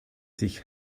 sich